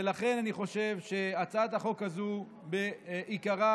ולכן, אני חושב שהצעת החוק הזו היא בעיקרה